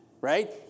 right